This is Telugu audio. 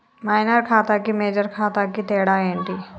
మైనర్ ఖాతా కి మేజర్ ఖాతా కి తేడా ఏంటి?